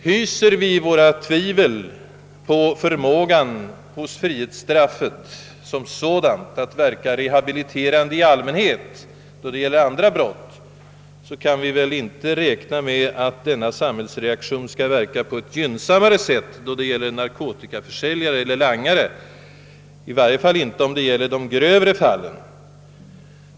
Hyser vi våra tvivel på förmågan hos frihetsstraffet som sådant att verka rehabiliterande när det gäller andra brottslingar, så kan vi väl inte räkna med att denna samhällsreaktion skall verka på ett gynnsammare sätt då det gäller narkotikaförsäljare eller langare — i varje fall inte när det gäller de grövre fallen.